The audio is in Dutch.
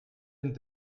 een